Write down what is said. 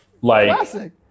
Classic